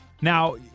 Now